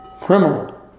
criminal